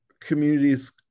communities